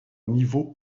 niveau